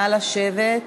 נא לשבת.